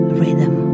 rhythm